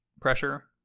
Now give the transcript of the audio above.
pressure